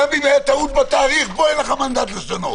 גם אם הייתה טעות בתאריך, אין לך מנדט לשנות.